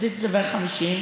רציתי לדבר 50,